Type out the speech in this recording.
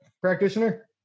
practitioner